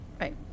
Right